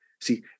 See